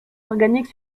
organique